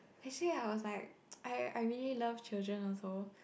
actually I was like I I really love children also